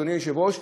אדוני היושב-ראש,